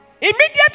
Immediately